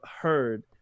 heard